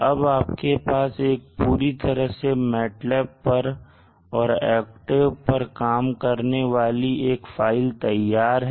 अब आपके पास एक पूरी तरह से MATLAB पर और octave पर काम करने वाली एक फाइल तैयार है